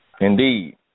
Indeed